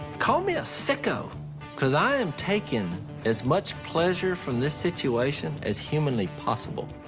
call me a sicko cause i am taking as much pleasure from this situation as humanly possible.